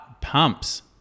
pumps